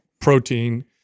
protein